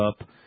up